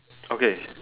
okay